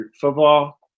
football